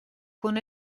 con